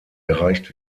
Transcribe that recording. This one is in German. erreicht